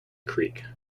creek